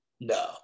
no